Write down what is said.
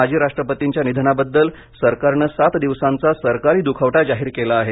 माजी राष्ट्रपतींच्या निधनाबद्दल सरकारनं सात दिवसांचा सरकारी दुखवटा जाहीर केला आहे